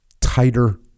tighter